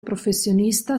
professionista